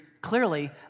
clearly